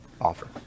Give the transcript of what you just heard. offer